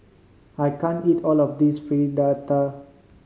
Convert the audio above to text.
I can't eat all of this Fritada